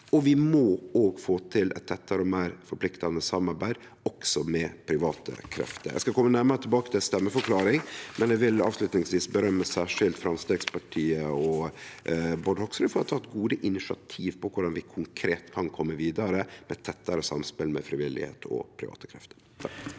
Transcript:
og vi må få til eit tettare og meir forpliktande samarbeid også med private krefter. Eg skal kome nærmare tilbake til stemmeforklaring, men eg vil avslutningsvis rose særskilt Framstegspartiet og Bård Hoksrud for å ha teke gode initiativ til korleis vi konkret kan kome vidare med eit tettare samspel med frivilligheita og private krefter.